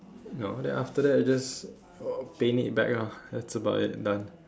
no then after that you just uh paint it back ah that's about it done